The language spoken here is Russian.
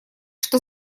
что